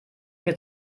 mir